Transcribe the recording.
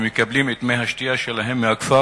אשר מקבל את מי השתייה שלו מהכפר,